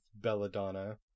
Belladonna